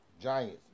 Giants